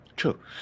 True